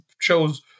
chose